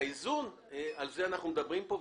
האיזון על זה אנחנו מדברים פה.